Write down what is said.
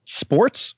Sports